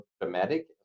dramatic